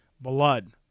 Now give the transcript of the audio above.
blood